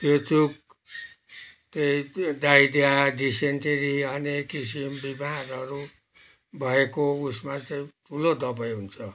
त्यो चुक त्यही डाइरिया डिसेन्ट्री अनेक किसिम बिमारहरू भएको उसमा चाहिँ ठुलो दवाई हुन्छ